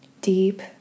deep